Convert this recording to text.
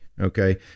Okay